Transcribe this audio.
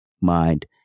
mind